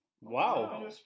Wow